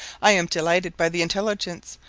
i am delighted by the intelligence,